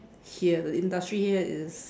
here industry here is